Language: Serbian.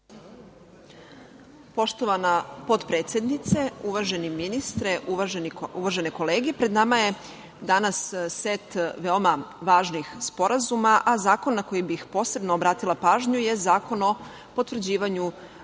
Poštovana potpredsednice, uvaženi ministre, uvažene kolege. Pred nama je danas set veoma važnih sporazuma, a zakon na koji bih posebno obratila pažnju je Zakon o potvrđivanju